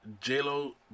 J-Lo